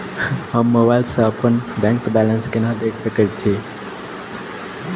हम मोबाइल सा अपने बैंक बैलेंस केना देख सकैत छी?